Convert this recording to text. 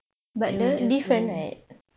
then we just want